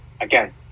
Again